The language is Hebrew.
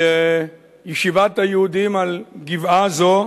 לישיבת היהודים על גבעה זו,